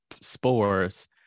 spores